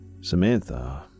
Samantha